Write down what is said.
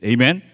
Amen